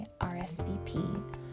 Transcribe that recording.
RSVP